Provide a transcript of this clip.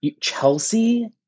Chelsea